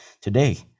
today